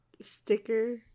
sticker